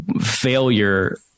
failure